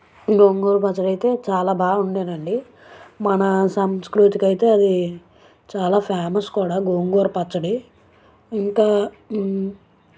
గోంగూర పచ్చడి అయితే చాలా బాగా వండాను అండి మన సంస్కృతికి అయితే అది చాలా ఫేమస్ కూడా గోంగూర పచ్చడి ఇంకా